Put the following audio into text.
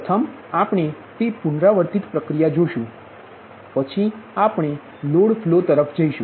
પ્રથમ આપણે તે પુનરાવર્તિત પ્રક્રિયા જોશું પછી આપણે લોડફ્લો તરફ જઈશું